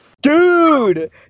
Dude